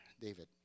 David